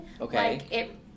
Okay